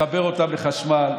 לחבר אותם לחשמל,